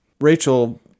Rachel